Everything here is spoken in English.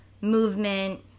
movement